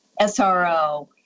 SRO